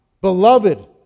beloved